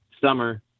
summer